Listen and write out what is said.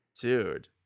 dude